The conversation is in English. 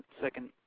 second